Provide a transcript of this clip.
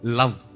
love